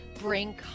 bring